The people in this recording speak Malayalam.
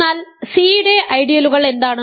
എന്നാൽ സി യുടെ ഐഡിയലുകൾ എന്താണ്